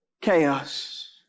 Chaos